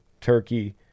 turkey